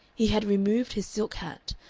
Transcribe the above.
he had removed his silk hat,